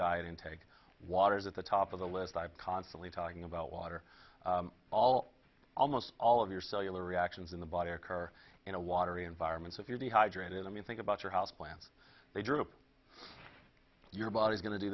diet intake water is at the top of the list i've constantly talking about water all almost all of your cellular reactions in the body occur in a watery environments if you're the hydrated i mean think about your houseplants they drew up your body's going to do